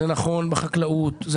נכון בחקלאות,